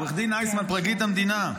עו"ד אייסמן, פרקליט המדינה.